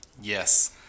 Yes